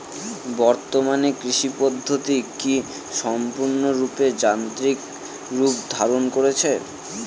বর্তমানে কৃষি পদ্ধতি কি সম্পূর্ণরূপে যান্ত্রিক রূপ ধারণ করেছে?